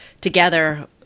together